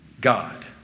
God